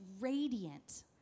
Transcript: radiant